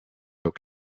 oak